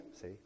see